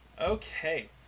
Okay